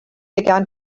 began